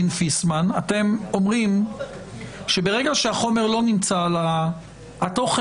פיסמן אתם אומרים שברגע שהתוכן לא נמצא על החומרה,